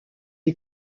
les